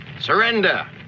Surrender